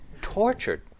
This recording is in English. tortured